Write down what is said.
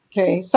Okay